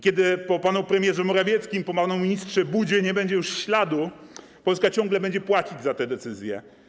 Kiedy po panu premierze Morawieckim, po panu ministrze Budzie nie będzie już śladu, Polska ciągle będzie płacić za te decyzje.